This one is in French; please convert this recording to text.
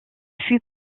fut